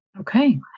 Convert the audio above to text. Okay